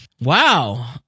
Wow